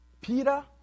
Peter